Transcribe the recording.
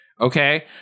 okay